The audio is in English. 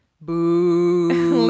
Boo